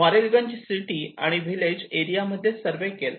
Morrelganj city आणि village area मध्ये survey केला